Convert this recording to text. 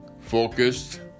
focused